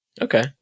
Okay